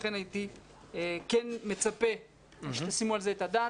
לכן הייתי כן מצפה שתשימו על זה את הדעת